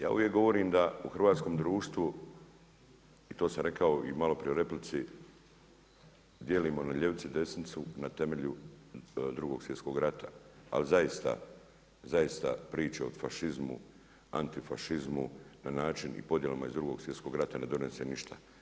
Ja uvijek govorim da u hrvatskom društvu, i to sam rekao maloprije u replici, dijelimo na ljevicu, desnicu, na temelju, 2.svjetskog rata, ali zaista priče o fašizmu, antifašizmu, na način i podjelama iz drugog svjetskog rata ne donosi ništa.